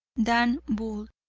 dan bull,